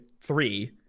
three